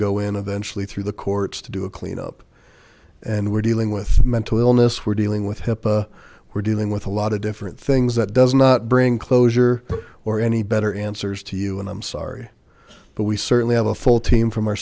sleep through the courts to do a cleanup and we're dealing with mental illness we're dealing with hipaa we're dealing with a lot of different things that does not bring closure or any better answers to you and i'm sorry but we certainly have a full team from our